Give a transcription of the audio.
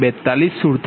4247 p